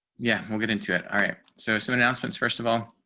yeah, we'll get into it. alright, so some announcements, first of all,